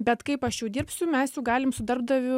bet kaip aš jau dirbsiu mes jau galim su darbdaviu